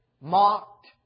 mocked